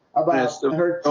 i've asked them her